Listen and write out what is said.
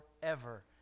forever